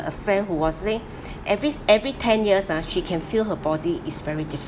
a friend who was every every ten years ah she can feel her body is very different